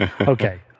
Okay